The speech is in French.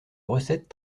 recette